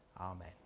Amen